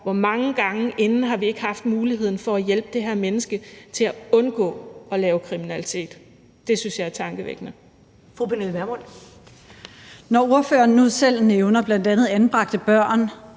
Hvor mange gange inden da har vi ikke haft muligheden for at hjælpe det her menneske til at undgå at lave kriminalitet? Det synes jeg er tankevækkende. Kl. 14:15 Første næstformand (Karen